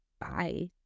Bye